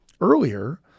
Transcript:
earlier